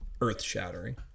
earth-shattering